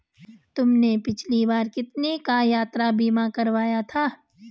तुमने पिछली बार कितने का यात्रा बीमा करवाया था?